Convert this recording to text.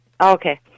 Okay